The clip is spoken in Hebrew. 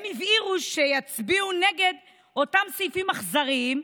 הם הבהירו שיצביעו נגד אותם סעיפים אכזריים,